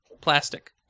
plastic